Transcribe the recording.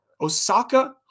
Osaka